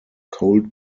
cold